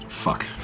fuck